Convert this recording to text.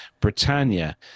Britannia